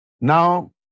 Now